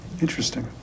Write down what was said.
Interesting